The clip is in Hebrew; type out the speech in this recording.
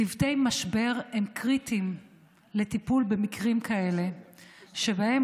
צוותי משבר הם קריטיים לטיפול במקרים כאלה שבהם